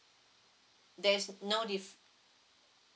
there is no diff~